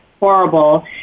Horrible